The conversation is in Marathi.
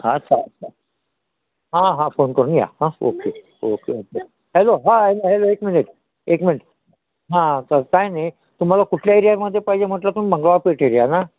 हां चालेल चालेल हां हां फोन करून या हा ओके ओके ओके हॅलो हां हॅलो एक मिनिट एक मिनिट हां तर काय नाही तुम्हाला कुठल्या एरियामध्ये पाहिजे म्हटलं पण मंगळवार पेठ एरिया ना